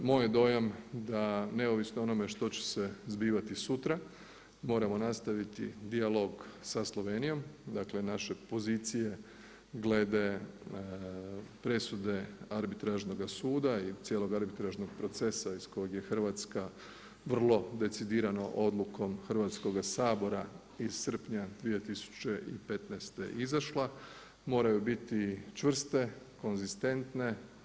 Moj je dojam da neovisno o onome što će se zbivati sutra moramo nastaviti dijalog sa Slovenijom, dakle naše pozicije glede presude Arbitražnoga suda i cijelog arbitražnog procesa iz kojeg je Hrvatska vrlo decidirano odlukom Hrvatskoga sabora iz srpnja 2015. izašla moraju biti čvrste, konzistentne.